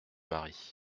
mari